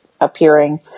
appearing